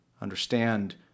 understand